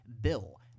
Bill